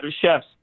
chefs